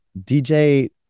DJ